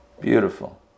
Beautiful